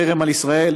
חרם על ישראל,